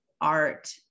art